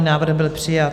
Návrh byl přijat.